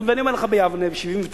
ואני אומר לך: ב-1979,